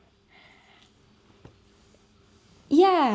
yeah